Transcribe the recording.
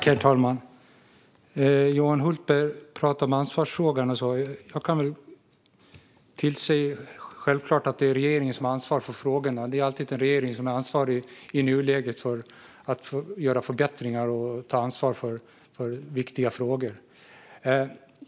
Herr talman! Johan Hultberg talar om ansvarsfrågan. Jag tillstår att det självklart är regeringen som har ansvar för frågorna. Det är alltid en regering som har ansvar för att göra förbättringar och ta ansvar för viktiga frågor.